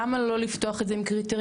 למה לא לפתוח את זה עם קריטריונים